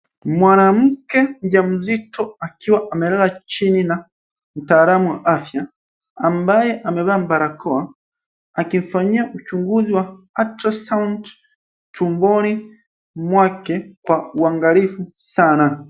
Mwanamke mjamzito akiwa amelala chini na mtaalamu wa afya ambaye amevaa barakoa, akimfanyia uchunguzi wa ultrasound tumboni mwake kwa uangalifu sana.